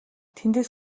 тэндээс